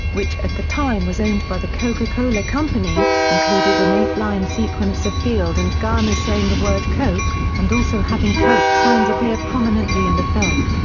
which at that time was owned by the coca-cola company, included an eight line sequence of field and garner saying the word coke, and also having coke signs appear prominently in the film.